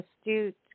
astute